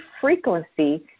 frequency